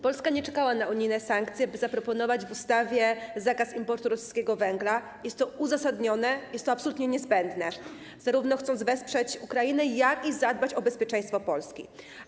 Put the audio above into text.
Polska nie czekała na unijne sankcje, by zaproponować w ustawie zakaz importu rosyjskiego węgla - jest to uzasadnione, jest to absolutnie niezbędne - zarówno chcąc wesprzeć Ukrainę, jak i zadbać o bezpieczeństwo Polski.